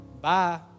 Bye